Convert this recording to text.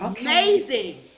amazing